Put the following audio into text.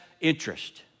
interest